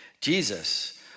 Jesus